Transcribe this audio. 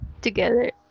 together